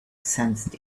sensed